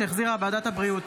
שהחזירה ועדת הבריאות.